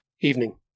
Evening